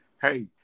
hey